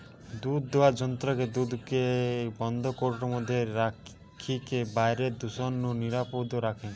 দুধদুয়ার যন্ত্র দুধকে বন্ধ কৌটার মধ্যে রখিকি বাইরের দূষণ নু নিরাপদ রখে